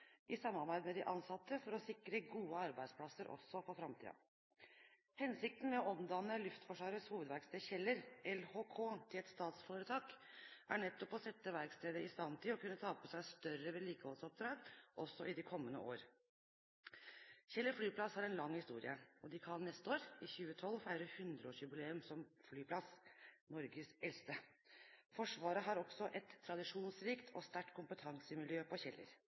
i samarbeid med de ansatte for å sikre gode arbeidsplasser også for framtiden. Hensikten med å omdanne Luftforsvarets hovedverksted Kjeller – LHK – til et statsforetak er nettopp å sette verkstedet i stand til å kunne ta på seg større vedlikeholdsoppdrag også i de kommende år. Kjeller flyplass har en lang historie, og de kan neste år, i 2012, feire 100-årsjubileum som flyplass – Norges eldste. Forsvaret har også et tradisjonsrikt og sterkt kompetansemiljø på Kjeller.